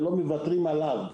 ולא מוותרים עליו.